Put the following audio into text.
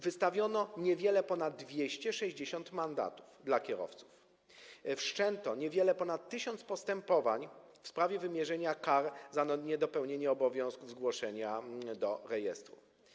Wystawiono niewiele ponad 260 mandatów dla kierowców, wszczęto niewiele ponad 1 tys. postępowań w sprawie wymierzenia kar za niedopełnienie obowiązku zgłoszenia do rejestru.